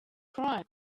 crime